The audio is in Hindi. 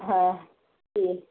हाँ ठीक